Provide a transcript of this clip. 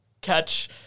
catch